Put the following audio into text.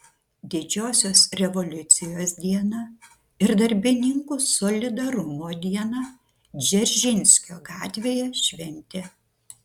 didžiosios revoliucijos dieną ir darbininkų solidarumo dieną dzeržinskio gatvėje šventė